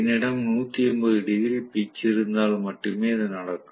என்னிடம் 180 degree pitch இருந்தால் மட்டுமே இது நடக்கும்